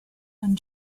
and